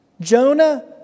Jonah